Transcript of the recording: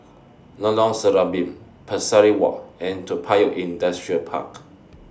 Lorong Serambi Pesari Walk and Toa Payoh Industrial Park